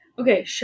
Okay